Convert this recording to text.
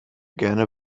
gerne